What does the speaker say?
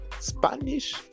Spanish